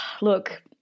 look